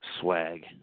Swag